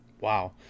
Wow